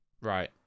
right